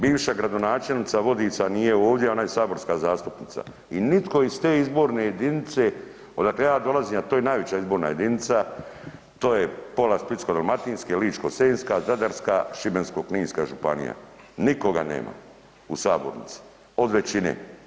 Bivša gradonačelnica Vodica nije ovdje, ona je saborska zastupnica i nitko iz te izborne jedinice odakle ja dolazim, a to je najveća izborna jedinica, to je pola Splitsko-dalmatinske, Ličko-senjska, Zadarska, Šibensko-kninska županija nikoga nema u sabornici od većine.